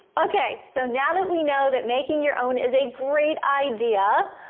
okay so now that we know that making your own is a great idea,